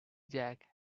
jack